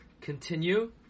continue